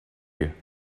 you